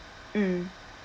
mm